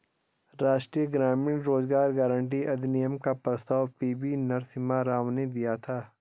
राष्ट्रीय ग्रामीण रोजगार गारंटी अधिनियम का प्रस्ताव पी.वी नरसिम्हा राव ने दिया था